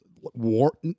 war